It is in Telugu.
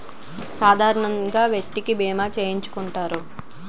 సాధారణంగా వ్యక్తికి బీమా చేయించుకుంటారు